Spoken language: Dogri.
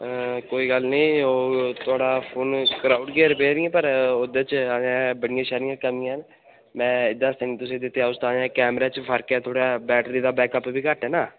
अं कोई गल्ल निं ओह् थुआढ़ा फोन कराई ओड़गे रिपेयरिंग पर ओह्दे च अजें बड़ियां सारियां कमियां न मैं दस दिन तुसेंगी दित्ते दे ओहदे आस्तै कैमरे च फर्क थोड़ा बैटरी दा बैकअप बी घट्ट ऐ ना